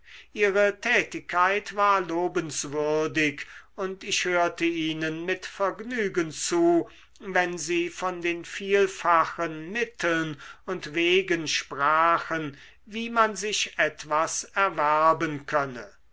ihre tätigkeit war lobenswürdig und ich hörte ihnen mit vergnügen zu wenn sie von den vielfachen mitteln und wegen sprachen wie man sich etwas erwerben könne